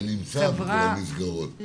זה נמצא בכל המסגרות,